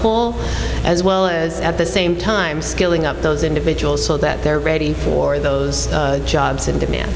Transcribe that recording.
pool as well as at the same time skilling up those individuals so that they're ready for those jobs and demand